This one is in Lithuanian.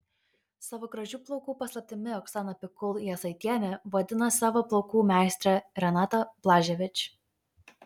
savo gražių plaukų paslaptimi oksana pikul jasaitienė vadina savo plaukų meistrę renatą blaževič